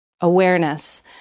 Awareness